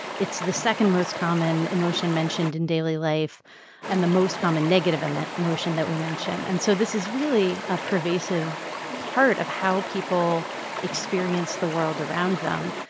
it's the second most common emotion mentioned in daily life and the most common negative emotion that we mention. and so this is really a pervasive part of how people experience the world around them.